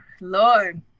Lord